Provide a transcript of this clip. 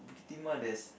Bukit-Timah there's